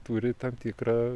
turi tam tikrą